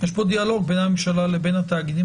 יש פה דיאלוג בין הממשלה לתאגידים